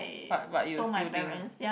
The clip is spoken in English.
but but you still think